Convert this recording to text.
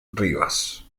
rivas